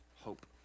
hope